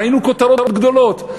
ראינו כותרות גדולות,